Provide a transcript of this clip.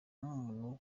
nkumuntu